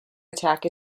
attack